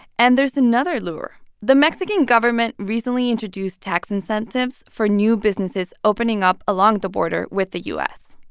and there's another lure the mexican government recently introduced tax incentives for new businesses opening up along the border with the u s.